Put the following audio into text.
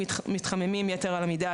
שמתחממים יתר על המידה,